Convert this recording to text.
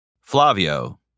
Flavio